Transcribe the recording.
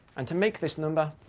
and to make this number,